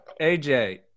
AJ